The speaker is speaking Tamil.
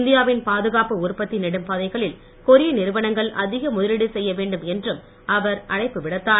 இந்தியாவின் பாதுகாப்பு உற்பத்தி நெடும்பாதைகளில் கொரிய நிறுவனங்கள் அதிக முதலீடு செய்ய வேண்டும் என்றும் அவர் அழைப்பு விடுத்தார்